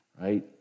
right